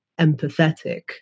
empathetic